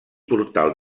portal